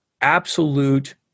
absolute